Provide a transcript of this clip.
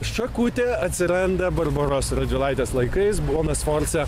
šakutė atsiranda barboros radvilaitės laikais bona sforze